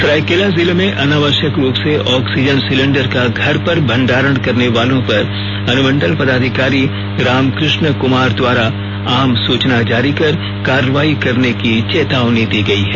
सरायकेला जिले में अनावश्यक रूप से ऑक्सीजन सिलेंडर का घर पर भंडारण करने वालों पर अनुमंडल पदाधिकारी राम कृष्णा कुमार द्वारा आम सूचना जारी कर कार्रवाई करने की चेतावनी दी गई है